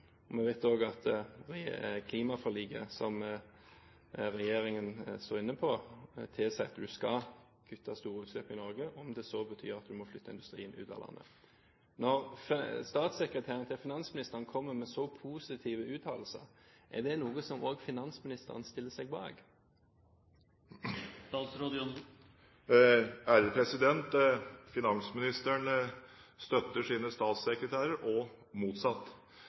Vi vet også at klimaforliket, som regjeringen står inne på, tilsier at en skal kutte store utslipp i Norge – om det så betyr at du må flytte industri ut av landet. Når statssekretæren til finansministeren kommer med så positive uttalelser, er det noe som også finansministeren stiller seg bak? Finansministeren støtter sine statssekretærer, og motsatt.